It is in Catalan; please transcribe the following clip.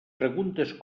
preguntes